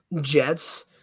Jets